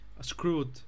screwed